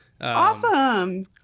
Awesome